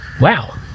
Wow